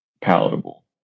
palatable